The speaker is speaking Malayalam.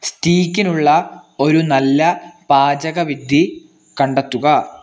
സ്റ്റീക്കിനുള്ള ഒരു നല്ല പാചകവിധി കണ്ടെത്തുക